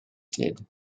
did